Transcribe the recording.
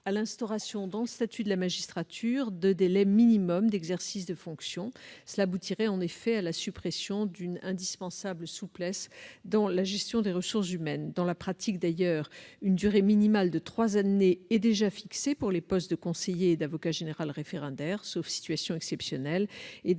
à l'instauration dans le statut de la magistrature de délais minimaux d'exercice des fonctions. Cela aboutirait en effet à la suppression d'une indispensable souplesse dans la gestion des ressources humaines. Dans la pratique, d'ailleurs, une durée minimale de trois années est déjà fixée pour les postes de conseiller et d'avocat général référendaires, sauf situations exceptionnelles. Dans